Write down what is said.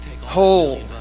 hold